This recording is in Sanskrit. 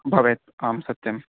भवेत् आं सत्यम्